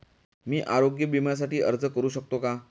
मी आरोग्य विम्यासाठी अर्ज करू शकतो का?